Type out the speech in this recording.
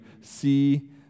see